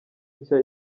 nshya